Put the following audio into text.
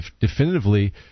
definitively